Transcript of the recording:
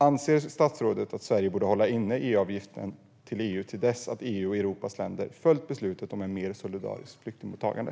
Anser statsrådet att Sverige borde hålla inne avgiften till EU till dess att EU och Europas länder följer beslutet om ett mer solidariskt flyktingmottagande?